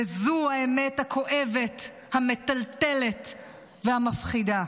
וזו האמת הכואבת, המטלטלת והמפחידה.